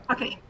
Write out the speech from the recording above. Okay